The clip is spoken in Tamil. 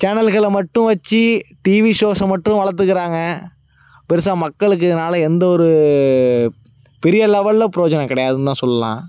சேனல்களை மட்டும் வச்சு டிவி ஷோஸை மட்டும் வளர்துருக்காங்க பெரிசா மக்களுக்கு இதனால எந்த ஒரு பெரிய லெவெலில் பிரோயோஜனோம் கிடையாதுனுதான் சொல்லலாம்